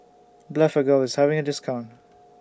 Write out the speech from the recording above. Blephagel IS having A discount